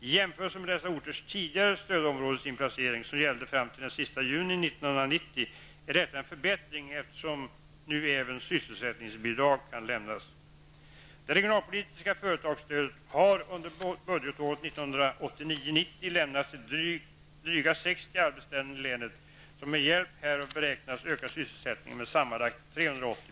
I jämförelse med dessa orters tidigare stödområdesinplacering, som gällde fram till den 30 juni 1990, är detta en förbättring, eftersom nu även sysselsättningsbidrag kan lämnas. Det regionalpolitiska företagsstödet har under budgetåret 1989/90 lämnats till dryga 60 arbetsställen i länet, som med hjälp härav beräknas öka sysselsättningen med sammanlagt ca 380